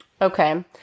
Okay